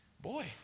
boy